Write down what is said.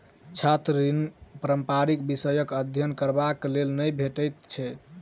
छात्र ऋण पारंपरिक विषयक अध्ययन करबाक लेल नै भेटैत छै